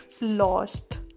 lost